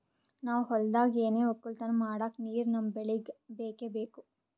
ನಾವ್ ಹೊಲ್ದಾಗ್ ಏನೆ ವಕ್ಕಲತನ ಮಾಡಕ್ ನೀರ್ ನಮ್ ಬೆಳಿಗ್ ಬೇಕೆ ಬೇಕು